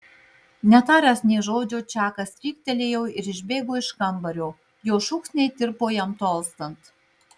netaręs nė žodžio čakas stryktelėjo ir išbėgo iš kambario jo šūksniai tirpo jam tolstant